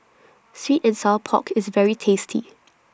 Sweet and Sour Pork IS very tasty